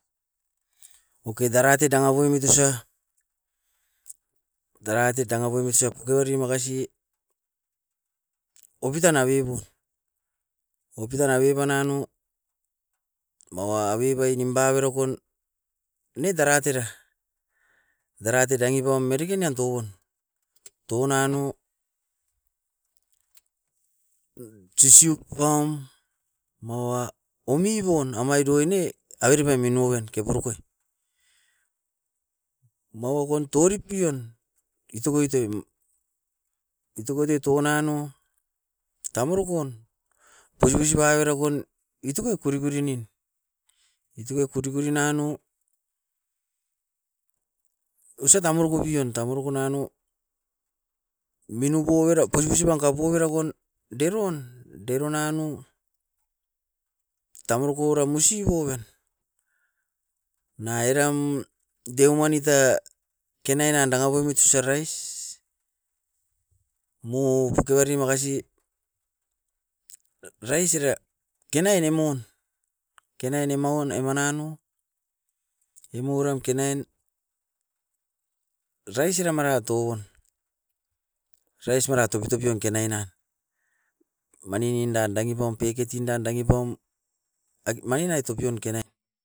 Oke daratit nanga poimit usa, daratit nanga poimit usa pokibari makasi opitan na bebou. Opitan na beba nanou maua bebai nimpa berokon net ara tera. Daratit dangi pam mereke nan touon, touon nano sisiup pam maua oumibon omaidoe ne averepai minoueben kepurukoi. Maua kon tiripion itokoitoi tounano tamurukun kosikosi baberakon utukoi korikori nin. Utukoi kori kori nanou osa tamoroko bion tamoroko nanou minupoubera kosi kosiban kapouvera kon deroun. Deron nanou tamuruku era musiboven, na eram deuman ita kanainan danga poimit usai rais mou bakiwari makasi rais era kenai nimun. Kenai nimaun emanano emuram kenain rais era maratou wan. Rais mara topi topion kenai nan, mani nindan dangi pam peketin dan dangi paum, ai manin aitopion kenain.